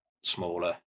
smaller